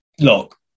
look